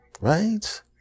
Right